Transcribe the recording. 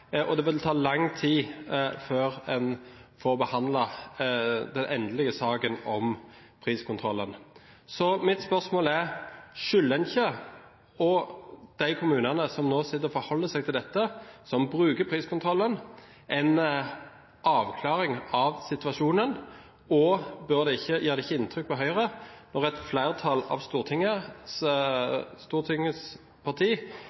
og det vil ta lang tid før en får behandlet den endelige saken om priskontroll. Så mitt spørsmål er: Skylder en ikke de kommunene som nå sitter og forholder seg til dette, og som bruker priskontrollen, en avklaring av situasjonen, og gjør det ikke inntrykk på Høyre når et flertall av Stortingets